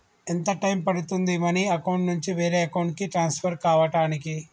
ఎంత టైం పడుతుంది money account నుంచి వేరే అకౌంట్ కి ట్రాన్స్ఫర్ కావటానికి?